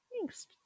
Thanks